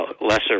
lesser